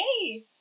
hey